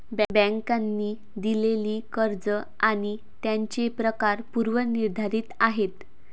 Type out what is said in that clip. बँकांनी दिलेली कर्ज आणि त्यांचे प्रकार पूर्व निर्धारित आहेत